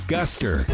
Guster